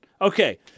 Okay